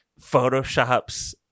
photoshops